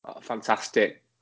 Fantastic